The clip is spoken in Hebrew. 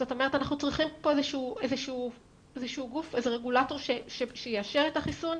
זאת אומרת אנחנו צריכים פה איזשהו רגולטור שיאשר את החיסון.